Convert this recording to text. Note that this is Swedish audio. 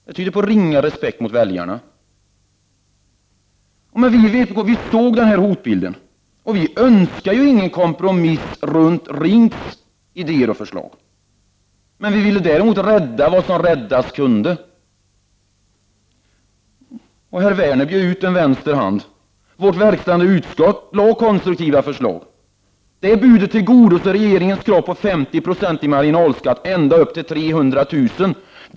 Det tyder på ringa respekt för väljarna. Vi i vpk såg den här hotbilden. Vi önskade ingen kompromiss när det gällde RINK:s idéer och förslag. Däremot ville vi rädda vad som kunde räddas. Herr Werner räckte fram vänster hand. Vårt verkställande utskott lade fram konstruktiva förslag. Vpk:s bud tillgodoser regeringens krav på 50 9o marginalskatt ända upp till 300 000 kr.